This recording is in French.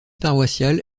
paroissiale